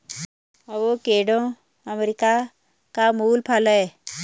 avocado America का मूल फल है